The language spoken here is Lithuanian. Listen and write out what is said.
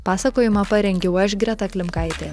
pasakojimą parengiau aš greta klimkaitė